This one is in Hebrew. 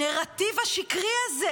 הנרטיב השקרי הזה,